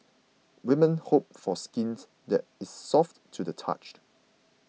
women hope for skint that is soft to the touched